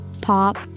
Pop